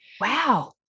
Wow